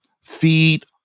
feed